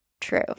true